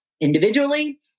individually